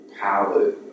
palette